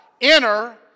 enter